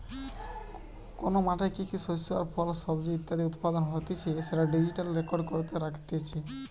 কোন মাঠে কি কি শস্য আর ফল, সবজি ইত্যাদি উৎপাদন হতিছে সেটা ডিজিটালি রেকর্ড করে রাখতিছে